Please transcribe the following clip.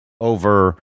over